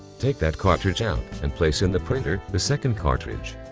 take that cartridge out, and place and the the second cartridge